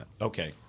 okay